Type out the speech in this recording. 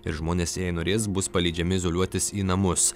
ir žmonės jei norės bus paleidžiami izoliuotis į namus